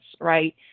right